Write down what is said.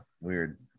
weird